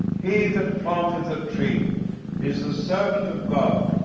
he that planteth a tree is the servant of god,